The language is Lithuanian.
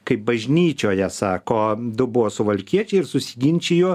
kaip bažnyčioje sako du buvo suvalkiečiai ir susiginčijo